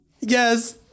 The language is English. Yes